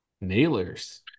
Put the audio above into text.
Nailers